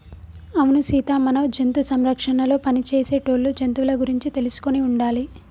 అవును సీత మన జంతు సంరక్షణలో పని చేసేటోళ్ళు జంతువుల గురించి తెలుసుకొని ఉండాలి